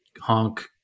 honk